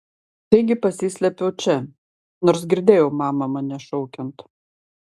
taigi pasislėpiau čia nors girdėjau mamą mane šaukiant